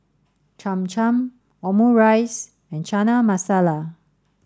Cham Cham Omurice and Chana Masala